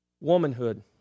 womanhood